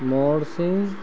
मोर Singh